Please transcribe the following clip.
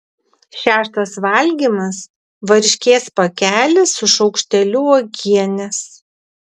šeštas valgymas varškės pakelis su šaukšteliu uogienės